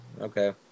Okay